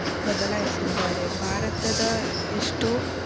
ಬದಲಾಯಿಸಿದ್ದಾರೆ ಭಾರತದ ಎಷ್ಟೋ